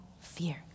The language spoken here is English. fear